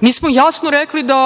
Mi smo jasno rekli da